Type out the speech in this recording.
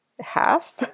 half